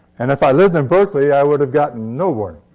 and if i lived in berkeley, i would have gotten no warning.